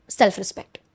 self-respect